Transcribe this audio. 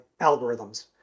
algorithms